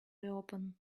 reopen